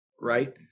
right